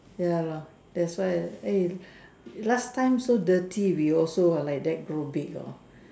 ya lor that's why eh last time so dirty we also will like that grow big hor